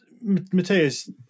Matthias